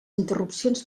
interrupcions